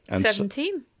Seventeen